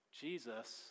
Jesus